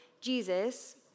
Jesus